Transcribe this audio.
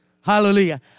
Hallelujah